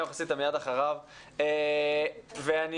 איתי קרויטורו.